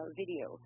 video